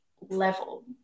level